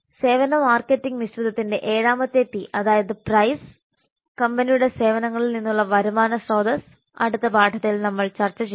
സേവന മാർക്കറ്റിംഗ് മിശ്രിതത്തിന്റെ 7 ാമത്തെ പി അതായത് പ്രൈസ് കമ്പനിയുടെ സേവനങ്ങളിൽ നിന്നുള്ള വരുമാന സ്രോതസ്സ് അടുത്ത പാഠത്തിൽ നമ്മൾ ചർച്ച ചെയ്യും